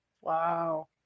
Wow